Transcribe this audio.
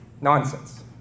Nonsense